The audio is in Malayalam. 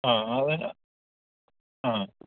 ആ അത് എന്നാ ആ ആ